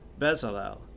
Bezalel